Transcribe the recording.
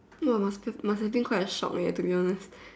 !wah! must have must have been quite a shock leh to be honest